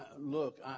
look